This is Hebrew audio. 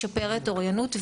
משפרת אוריינות.